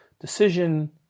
decision